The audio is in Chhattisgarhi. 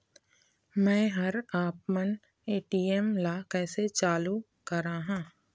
मैं हर आपमन ए.टी.एम ला कैसे चालू कराहां?